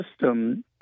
system